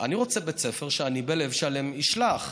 אני רוצה בית ספר שאני בלב שלם אשלח,